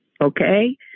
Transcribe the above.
Okay